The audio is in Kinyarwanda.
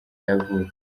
yavutse